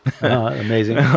Amazing